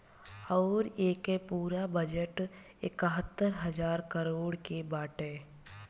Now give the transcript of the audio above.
अउर एके पूरा बजट एकहतर हज़ार करोड़ के बाटे